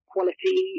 quality